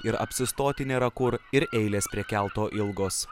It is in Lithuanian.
ir apsistoti nėra kur ir eilės prie kelto ilgos